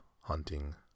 hunting